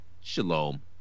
shalom